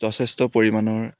যথেষ্ট পৰিমাণৰ